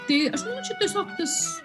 tik aš manau čia tiesiog tas